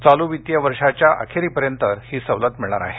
चालू वित्तीय वर्षाच्या अखेरीपर्यंत ही सवलत मिळणार आहे